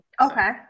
Okay